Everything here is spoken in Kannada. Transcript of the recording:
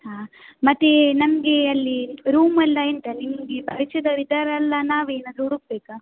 ಹಾಂ ಮತ್ತೆ ನಮಗೆ ಅಲ್ಲಿ ರೂಮ್ ಎಲ್ಲ ಎಂತ ನಿಮಗೆ ಪರಿಚಯದವರಿದ್ದಾರ ಅಲ್ಲ ನಾವೆ ಏನಾದರು ಹುಡುಕ್ಬೇಕ